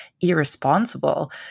irresponsible